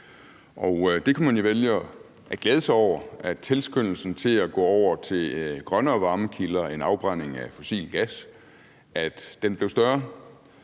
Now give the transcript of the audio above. Det kan man jo vælge at glæde sig over – at tilskyndelsen til at gå over til grønnere varmekilder end afbrænding af fossil gas blev større.